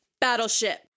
Battleship